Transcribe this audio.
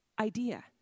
idea